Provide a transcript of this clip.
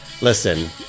listen